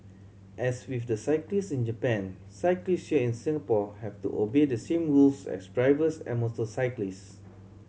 as with the cyclists in Japan cyclists here in Singapore have to obey the same rules as drivers and motorcyclists